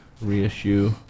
reissue